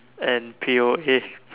and P_O_A